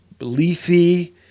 leafy